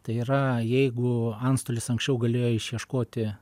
tai yra jeigu antstolis anksčiau galėjo išieškoti